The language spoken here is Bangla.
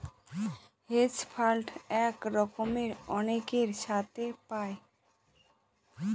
হেজ ফান্ড এক রকমের অনেকের সাথে পায়